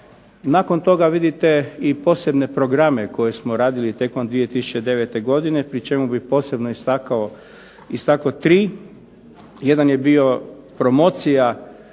Nakon toga vidite i posebne programe koje smo radili tijekom 2009. godine pri čemu bi posebno istaknuo tri. Jedan je bio promocija